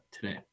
today